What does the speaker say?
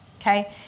Okay